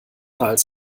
als